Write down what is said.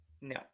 No